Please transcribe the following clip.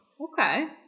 Okay